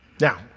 Now